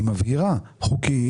היא מבהירה, חוקיים.